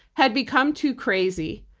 had become too crazy.